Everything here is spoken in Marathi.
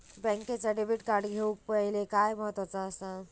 बँकेचा डेबिट कार्ड घेउक पाहिले काय महत्वाचा असा?